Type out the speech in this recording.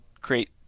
create